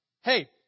hey